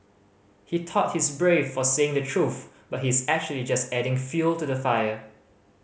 he thought he's brave for saying the truth but he's actually just adding fuel to the fire